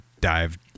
dive